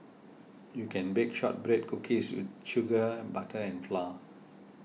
you can bake Shortbread Cookies sugar butter and flour